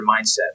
mindset